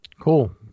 cool